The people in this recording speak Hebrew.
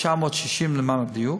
960 למען הדיוק,